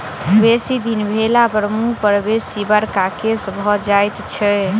बेसी दिन भेलापर मुँह पर बेसी बड़का केश भ जाइत छै